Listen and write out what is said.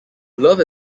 love